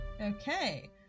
Okay